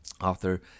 Author